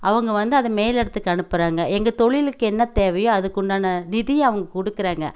அவங்க வந்து அதை மேல் இடத்துக்கு அனுப்புறாங்க எங்கள் தொழிலுக்கு என்ன தேவையோ அதுக்குண்டான நிதி அவங் கொடுக்கறாங்க